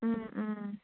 ꯎꯝ ꯎꯝ